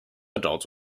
adults